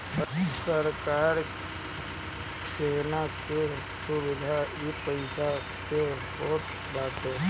सरकार सेना के सुविधा इ पईसा से होत बाटे